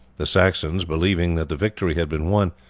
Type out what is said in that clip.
the saxons, believing that the victory had been won,